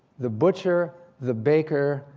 the butcher, the baker,